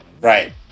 Right